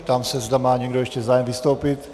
Ptám se, zda má někdo ještě zájem vystoupit.